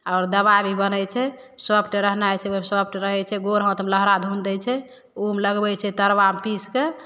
और दवाइ भी बनै छै सॉफ्ट रहनाय सेहो सॉफ्ट रहै छै गौर हाथ मे लहरा धुन दै छै ऊ मऽ लगबै छै तरबा मे पीस के